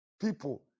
people